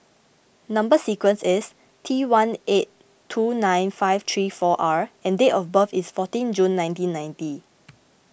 Number Sequence is T one eight two nine five three four R and date of birth is fourteen June nineteen ninety